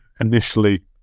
initially